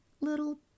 little